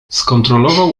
skontrolował